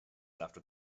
after